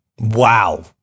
Wow